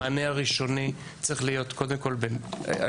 המענה הראשוני צריך להיות קודם כול על